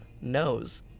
knows